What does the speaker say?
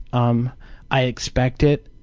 um i expect it,